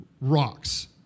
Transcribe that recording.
rocks